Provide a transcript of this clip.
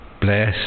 Bless